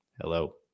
hello